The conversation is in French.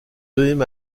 deuxième